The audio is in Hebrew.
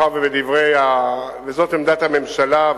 וזאת עמדת הממשלה,